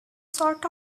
sort